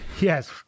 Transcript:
Yes